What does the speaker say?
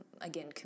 again